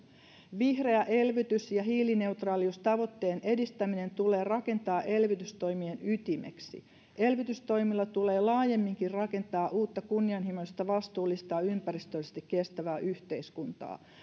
vihreä elvytys ja hiilineutraaliustavoitteen edistäminen tulee rakentaa elvytystoimien ytimeksi elvytystoimilla tulee laajemminkin rakentaa uutta kunnianhimoista vastuullista ja ympäristöllisesti kestävää yhteiskuntaa